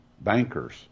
bankers